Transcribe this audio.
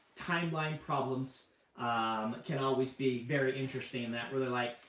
timeline problems um can always be very interesting in that where you're like,